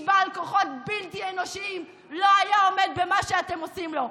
איש בעל כוחות בלתי אנושיים לא היה עומד במה שאתם עושים לו,